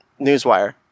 newswire